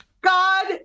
God